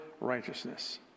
righteousness